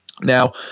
Now